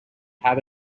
have